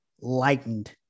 lightened